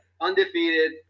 undefeated